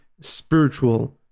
spiritual